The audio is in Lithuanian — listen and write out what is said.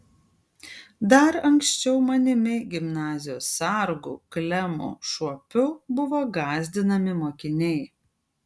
dar anksčiau manimi gimnazijos sargu klemu šuopiu buvo gąsdinami mokiniai